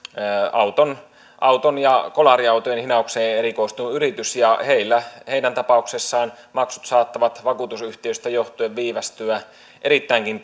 auton auton ja kolariautojen hinaukseen erikoistunut yritys ja heidän tapauksessaan maksut saattavat vakuutusyhtiöstä johtuen viivästyä erittäinkin